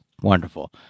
Wonderful